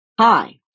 Hi